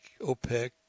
OPEC